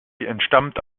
entstammte